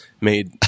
made